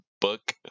book